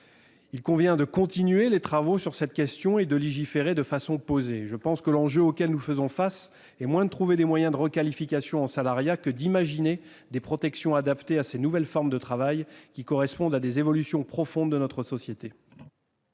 Il convient de continuer les travaux sur cette question et de légiférer de façon posée. Je pense que l'enjeu auquel nous faisons face est moins de trouver des moyens de requalification en salariat que d'imaginer des protections adaptées à ces nouvelles formes de travail, qui correspondent à des évolutions profondes de notre société.